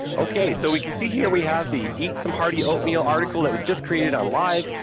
okay. so, we can see here, we have the eat some hearty oatmeal article that was just created on live,